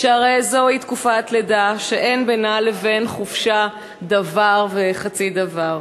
שהרי זוהי תקופת לידה שאין בינה לבין חופשה דבר וחצי דבר.